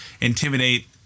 intimidate